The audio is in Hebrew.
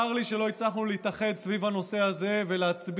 צר לי שלא הצלחנו להתאחד סביב הנושא הזה ולהצביע